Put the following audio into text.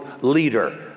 leader